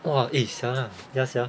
!wah! eh sia ya sia